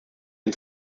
den